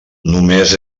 només